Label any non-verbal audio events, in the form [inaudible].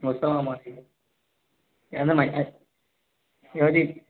నువ్వు వస్తావా [unintelligible] ఏదీజ